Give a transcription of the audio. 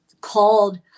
called